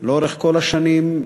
לאורך כל השנים,